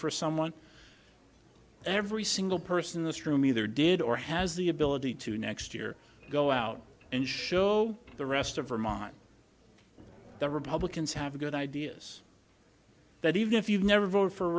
for someone every single person in this room either did or has the ability to next year go out and show the rest of vermont the republicans have good ideas that even if you've never voted for